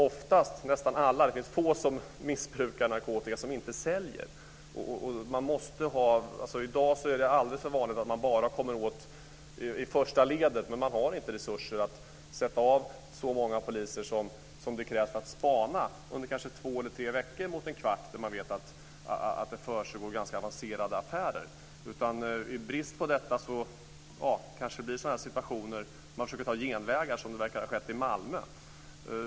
Det är få som missbrukar narkotika som inte säljer narkotika. I dag är det alldeles för vanligt att man bara kommer åt första ledet, men det finns inte resurser att sätta av så många poliser som det krävs för att spana under två tre veckor mot en kvart där det försiggår avancerade affärer. I brist på detta kanske det blir situationer där man försöker ta genvägar, som det verkar ha skett i Malmö.